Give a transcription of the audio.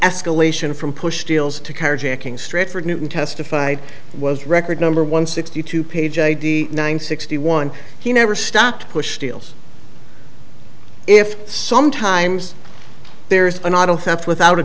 escalation from push deals to carjacking stratford newton testified was record number one sixty two page id nine sixty one he never stopped to push deals if sometimes there's an auto theft without a